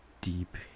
deep